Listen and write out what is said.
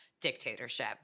dictatorship